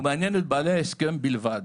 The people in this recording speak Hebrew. הוא מעניין את בעלי ההסכם בלבד.